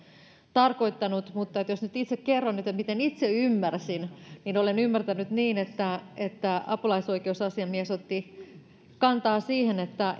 tarkoittanut mutta jos nyt itse kerron miten itse ymmärsin niin olen ymmärtänyt niin että että apulaisoikeusasiamies otti kantaa siihen että